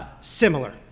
similar